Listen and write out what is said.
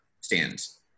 stands